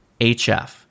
HF